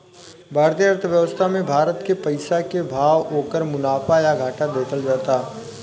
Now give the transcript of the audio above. भारतीय अर्थव्यवस्था मे भारत के पइसा के भाव, ओकर मुनाफा या घाटा देखल जाता